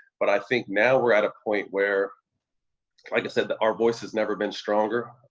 but i think now we're at a point where, like i said, our voice has never been stronger.